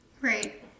right